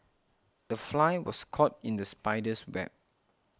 the fly was caught in the spider's web